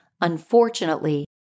unfortunately